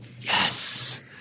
Yes